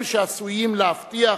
הם שעשויים להבטיח